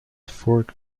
fork